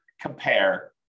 compare